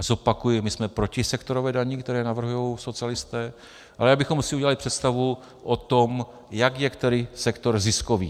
Zopakuji, my jsme proti sektorové dani, kterou navrhují socialisté, ale abychom si udělali představu o tom, jak je který sektor ziskový.